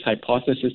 hypothesis